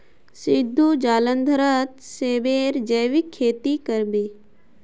सिद्धू जालंधरत सेबेर जैविक खेती कर बे